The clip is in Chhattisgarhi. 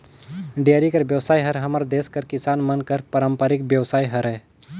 डेयरी कर बेवसाय हर हमर देस कर किसान मन कर पारंपरिक बेवसाय हरय